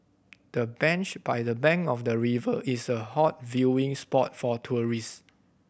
the bench by the bank of the river is a hot viewing spot for tourist